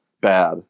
Bad